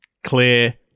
clear